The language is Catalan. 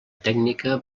tècnica